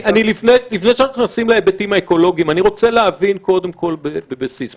לפני שאנחנו נכנסים להיבטים האקולוגיים אני רוצה להבין קודם כול בבסיס,